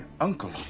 uncle